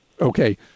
Okay